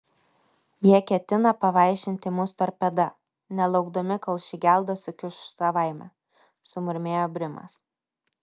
jie ketina pavaišinti mus torpeda nelaukdami kol ši gelda sukiuš savaime sumurmėjo brimas